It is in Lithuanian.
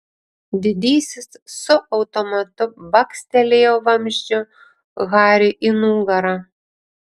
didysis su automatu bakstelėjo vamzdžiu hariui į nugarą